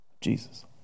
Jesus